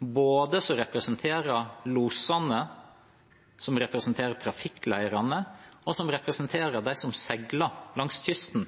De representerer losene, de representerer trafikklederne, og de representerer dem som